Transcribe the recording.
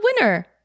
winner